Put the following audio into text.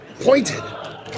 Pointed